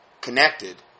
connected